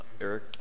Eric